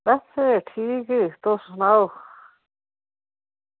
बस ठीक तुस सनाओ